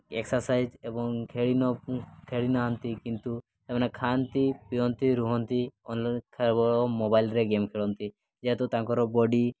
exercise ଏବଂ ଖେଳି ଖେଳି ନାହାନ୍ତି କିନ୍ତୁ ସେମାନେ ଖାଆନ୍ତି ପିଅନ୍ତି ରୁହନ୍ତି ଅନ୍ଲାଇନ୍ ଖେଳ କେବଳ ମୋବାଇଲ୍ରେ ଗେମ୍ ଖେଳନ୍ତି ଯେହେତୁ ତାଙ୍କର ବଡ଼ି